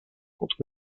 contre